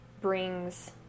brings